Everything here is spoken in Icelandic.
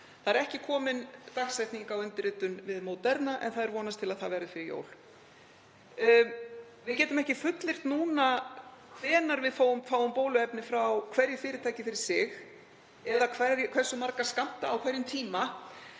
Það er ekki komin dagsetning á undirritun við Moderna en vonast er til að það verði fyrir jól. Við getum ekki fullyrt núna hvenær við fáum bóluefni frá hverju fyrirtæki fyrir sig eða hversu marga skammta á hverjum tíma